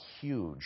huge